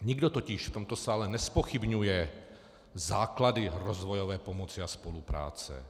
Nikdo totiž v tomto sále nezpochybňuje základy rozvojové pomoci a spolupráce.